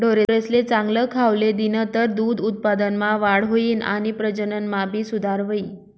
ढोरेसले चांगल खावले दिनतर दूध उत्पादनमा वाढ हुई आणि प्रजनन मा भी सुधार हुई